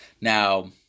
Now